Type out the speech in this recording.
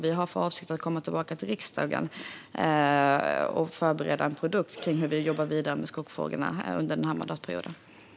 Vi har för avsikt att förbereda en produkt om hur vi under mandatperioden jobbar vidare med skogsfrågorna och kommer att komma tillbaka till riksdagen med den.